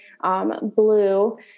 blue